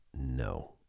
No